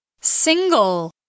single